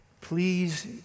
please